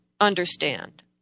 understand